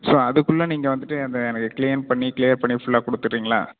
so அதுக்குள்ளே நீங்கள் வந்துவிட்டு அந்த எனக்கு க்ளீன் பண்ணி க்ளியர் பண்ணி ஃபுல்லாக கொடுத்துறிங்ளா